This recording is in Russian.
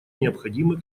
необходимы